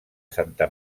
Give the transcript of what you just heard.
santa